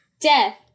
death